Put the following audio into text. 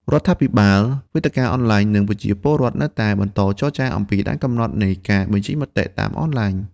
រដ្ឋាភិបាល វេទិកាអនឡាញ និងប្រជាពលរដ្ឋនៅតែបន្តចរចាអំពីដែនកំណត់នៃការបញ្ចេញមតិតាមអនឡាញ។